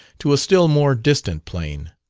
to a still more distant plane.